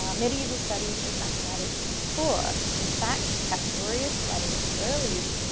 medieval study of mathematics was poor. in fact, cazadorius writing at the early,